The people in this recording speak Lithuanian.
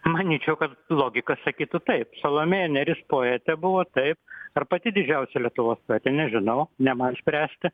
manyčiau kad logika sakytų taip salomėja nėris poetė buvo taip ar pati didžiausia lietuvos poetė nežinau ne man spręsti